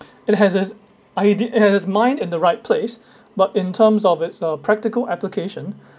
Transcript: it has has ideal it has mind in the right place but in terms of its uh practical application